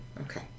Okay